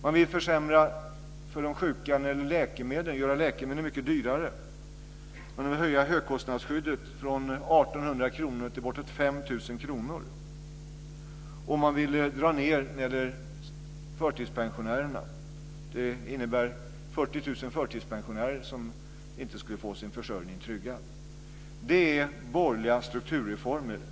Man vill försämra genom att göra läkemedel mycket dyrare för de sjuka. Man vill höja högkostnadsskyddet från 1 800 kr till bortåt 5 000 kr. Man vill dra ned när det gäller förtidspensionärerna. Det innebär att 40 000 förtidspensionärer inte skulle få sin försörjning tryggad. Det är borgerliga strukturreformer.